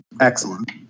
excellent